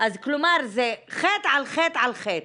אז כלומר זה חטא על חטא על חטא.